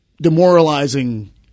demoralizing